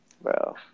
bro